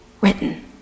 written